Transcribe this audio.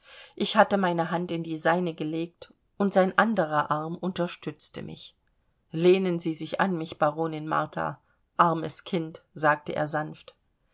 ich hatte meine hand in die seine gelegt und sein anderer arm unterstützte mich lehnen sie sich an mich baronin martha armes kind sagte er sanft